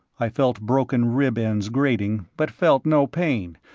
i felt broken rib ends grating, but felt no pain,